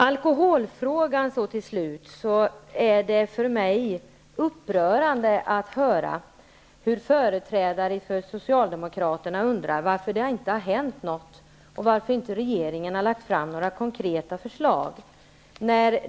Så till slut till alkoholfrågan. Det är för mig upprörande att höra att företrädare för socialdemokraterna undrar varför det inte har hänt någonting och varför regeringen inte har lagt fram några konkreta förslag.